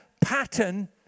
pattern